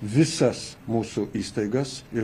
visas mūsų įstaigas ir